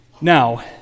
Now